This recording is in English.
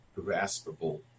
graspable